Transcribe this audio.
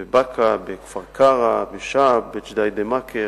בבאקה, בכפר-קרע, בשעב, בג'דיידה-מכר.